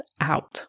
out